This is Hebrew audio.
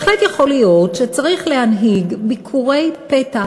בהחלט יכול להיות שצריך להנהיג ביקורי פתע.